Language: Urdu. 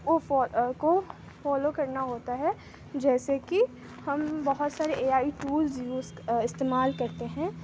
اف فال کو فالو کرنا ہوتا ہے جیسے کہ ہم بہت سارے اے آئی ٹولس یوز استعمال کرتے ہیں